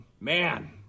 man